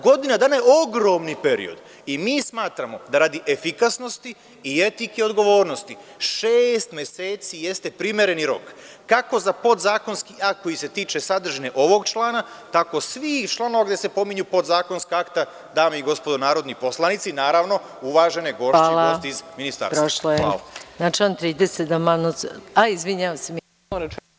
Godina dana je ogroman period, i mi smatramo da radi efikasnosti i etike odgovornosti šest meseci jeste primereni rok, kako za podzakonski akt koji se tiče sadržine ovog člana, tako svi članovi gde se pominju podzakonska akta dame i gospodo narodni poslanici, naravno, uvaženi gošće i gosti iz Ministarstva.